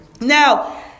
Now